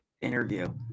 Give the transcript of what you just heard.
interview